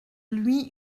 lui